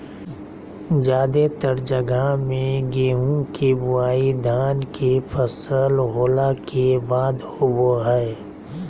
जादेतर जगह मे गेहूं के बुआई धान के फसल होला के बाद होवो हय